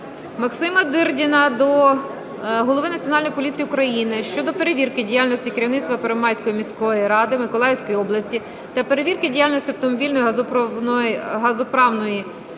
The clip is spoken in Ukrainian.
Максима Дирдіна до голови Національної поліції України щодо перевірки діяльності керівництва Первомайської міської ради Миколаївської області та перевірки діяльності автомобільної газозаправної